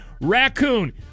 raccoon